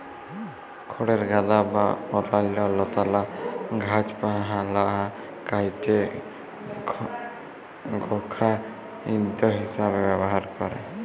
খড়ের গাদা বা অইল্যাল্য লতালা গাহাচপালহা কাইটে গখাইদ্য হিঁসাবে ব্যাভার ক্যরে